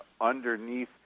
underneath